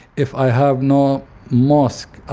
if i have no mosque, ah